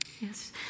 Yes